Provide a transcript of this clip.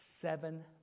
seven